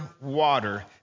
water